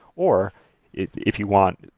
or if if you want,